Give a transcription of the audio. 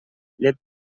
drets